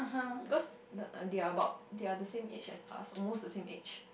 because the they are about they are the same age as us almost the same age